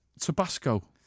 tabasco